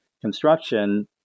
construction